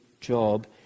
job